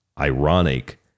ironic